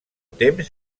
temps